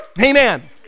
Amen